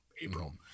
April